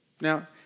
Now